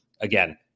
again